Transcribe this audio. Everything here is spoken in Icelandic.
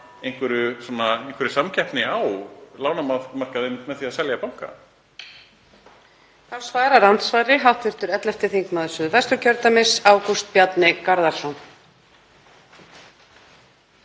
einhverri samkeppni á lánamarkaði, einmitt með því að selja banka.